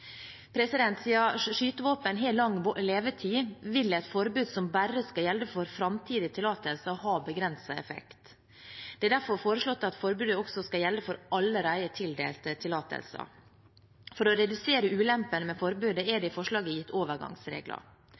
skytevåpen har lang levetid, vil et forbud som bare skal gjelde for framtidige tillatelser, ha begrenset effekt. Det er derfor foreslått at forbudet også skal gjelde for allerede tildelte tillatelser. For å redusere ulempen ved forbudet er det i forslaget gitt overgangsregler.